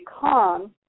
calm